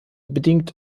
bedingt